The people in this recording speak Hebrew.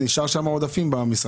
אז לא נשארו עודפים במשרד?